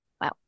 Wow